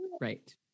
Right